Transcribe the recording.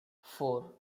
four